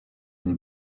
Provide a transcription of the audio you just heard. une